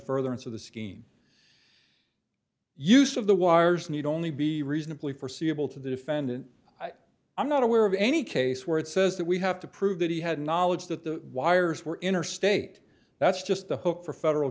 further into the scheme use of the wires need only be reasonably forseeable to the defendant i'm not aware of any case where it says that we have to prove that he had knowledge that the wires were interstate that's just the hook for federal